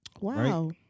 wow